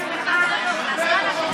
ביחס לתקציב הזה אתם פחות חזקים.